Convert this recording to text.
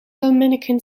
dominican